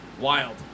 Wild